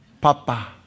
Papa